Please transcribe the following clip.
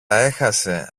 έχασε